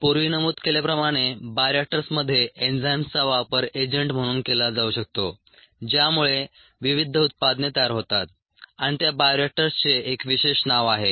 पूर्वी नमूद केल्याप्रमाणे बायोरिएक्टर्समध्ये एन्झाईम्सचा वापर एजंट म्हणून केला जाऊ शकतो ज्यामुळे विविध उत्पादने तयार होतात आणि त्या बायोरिएक्टर्सचे एक विशेष नाव आहे